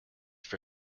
for